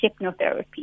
hypnotherapy